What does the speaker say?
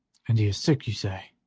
and he is sick, you say?